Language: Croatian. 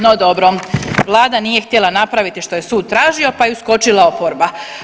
No dobro, Vlada nije htjela napraviti što je sud tražio, pa je uskočila oporba.